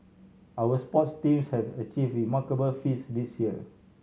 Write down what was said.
our sports teams have achieve remarkable feats this year